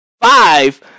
five